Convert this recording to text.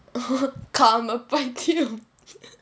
காதல் பைத்தியம்:kaathal paithiyam